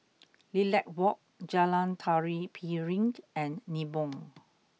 Lilac Walk Jalan Tari Piring and Nibong